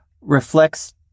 reflects